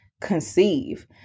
conceive